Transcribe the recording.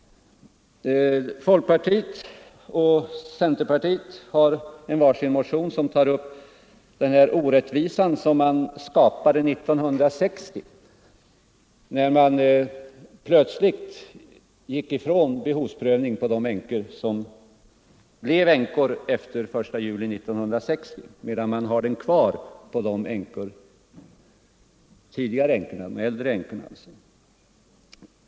Folkpartiet och centerpartiet har väckt var sin motion, som tar upp den orättvisa som skapades 1960. Man gick plötsligt ifrån behovsprövning för dem som blev änkor efter den 1 juli 1960 medan man hade den kvar för dem som tidigare blivit änkor.